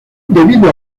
debido